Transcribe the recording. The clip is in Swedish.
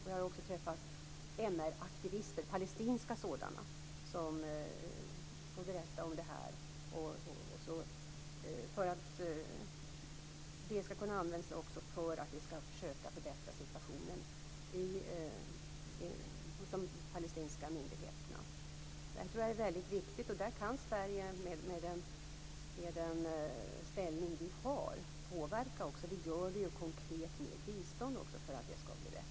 Jag har också träffat palestinska MR-aktivister, som har berättat om det här och om hur de kan användas för att försöka förbättra situationen hos de palestinska myndigheterna. Jag tror att det är väldigt viktigt. Där kan Sverige, med den ställning vi har, också påverka. Vi gör det konkret med bistånd för att det skall bli bättre.